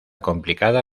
complicada